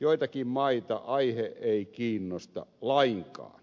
joitakin maita aihe ei kiinnosta lainkaan